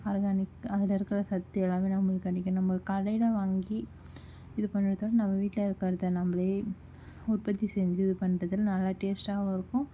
organic அதில் இருக்கிற சத்து எல்லாமே நம்பளுக்கு கிடைக்கணும் நம்ளுக்கு கடையில் வாங்கி இது பண்ணுறத நம்ம வீட்ல இருக்கிற பழத்தை நம்பளே உற்பத்தி செஞ்சு இது பண்ணுறது நல்ல டேஸ்ட்டாகவும் இருக்கும்